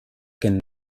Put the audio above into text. can